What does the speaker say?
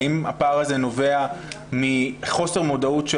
האם הפער הזה נובע מחוסר מודעות של